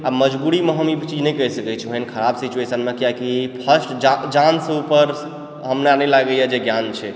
आब मजबूरीमे हम ई चीज नहि कहि सकैत छी एहन खराब सिचुएशनमे किआकि फर्स्ट जानसँ उपर हमरा नहि लागयए जे ज्ञान छै